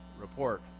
report